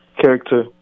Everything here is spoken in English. character